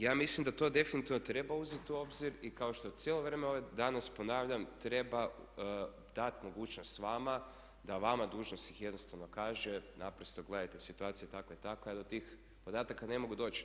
Ja mislim da to definitivno treba uzeti u obzir i kao što cijelo vrijeme danas ponavljam treba dat mogućnost vama da vama dužnosnik jednostavno kaže naprosto gledajte situacija je takva i takva, ja do tih podataka ne mogu doći.